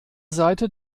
seite